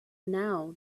now